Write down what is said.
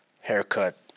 haircut